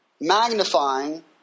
magnifying